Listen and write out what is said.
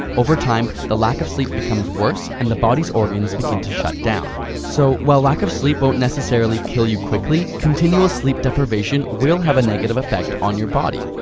over time, the lack of sleep becomes worse and the body's organs begin to shut down. so, while a lack of sleep won't necessarily kill you quickly, continual sleep deprivation will have a negative effect on your body.